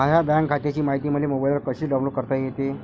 माह्या बँक खात्याची मायती मले मोबाईलवर कसी डाऊनलोड करता येते?